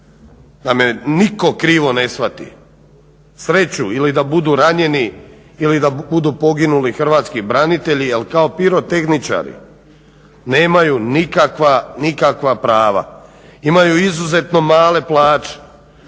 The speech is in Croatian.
da me nitko krivo ne shvati sreću ili da budu ranjeni ili da budu poginuli Hrvatski branitelji jer kao pirotehničari nemaju nikakva prava. Imaju izuzetno male plaće